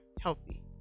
healthy